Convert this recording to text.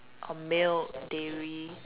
or milk dairy